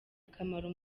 akamaro